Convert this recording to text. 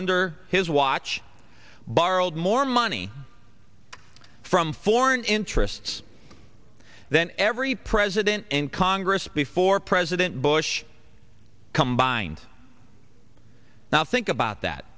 under his watch borrowed more money from foreign interests than every president and congress before president bush combined now think about that